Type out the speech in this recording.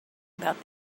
about